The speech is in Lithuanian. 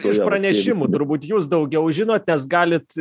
iš pranešimų turbūt jūs daugiau žinot nes galit